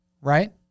right